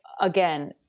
again